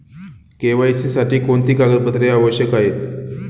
KYC साठी कोणती कागदपत्रे आवश्यक आहेत?